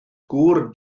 gŵr